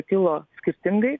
kilo skirtingai